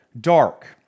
dark